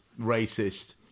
racist